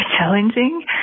challenging